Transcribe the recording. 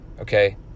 Okay